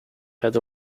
had